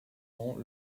ans